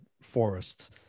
Forests